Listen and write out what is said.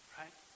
right